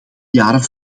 jaren